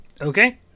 Okay